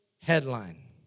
headline